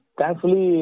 Thankfully